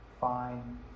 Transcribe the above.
fine